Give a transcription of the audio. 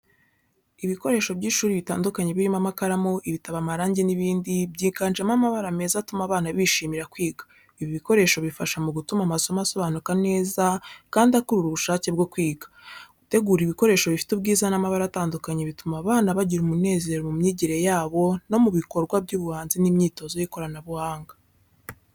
Ibikoresho by’ishuri bitandukanye, birimo amakaramu, ibitabo, amarangi n’ibindi, byiganjemo amabara meza atuma abana bishimira kwiga. Ibi bikoresho bifasha mu gutuma amasomo asobanuka neza, kandi akurura ubushake bwo kwiga. Gutegura ibikoresho bifite ubwiza n’amabara atandukanye bituma abana bagira umunezero mu myigire yabo no mu bikorwa by’ubuhanzi n’imyitozo y’ikoranabuhanga.